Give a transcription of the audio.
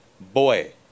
Boy